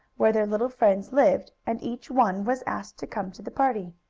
where their little friends lived, and each one was asked to come to the party.